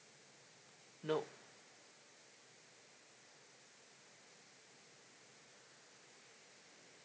no